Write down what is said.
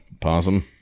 Possum